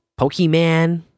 Pokemon